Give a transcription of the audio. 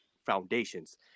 foundations